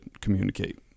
communicate